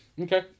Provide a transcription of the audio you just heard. Okay